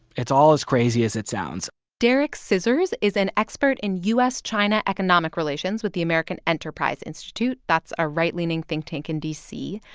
it's all as crazy as it sounds derek scissors is an expert in u s china economic relations with the american enterprise institute. that's a right-leaning think tank in d c.